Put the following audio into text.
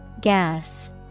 gas